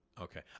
Okay